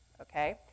okay